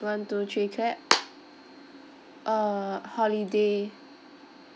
one two three clap err holiday